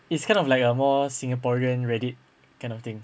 it's kind of like a more singaporean Reddit kind of thing